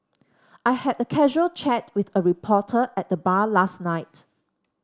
I had a casual chat with a reporter at the bar last night